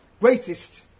greatest